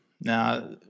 Now